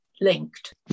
linked